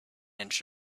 inch